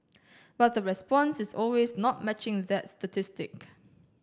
but the response is always not matching that statistic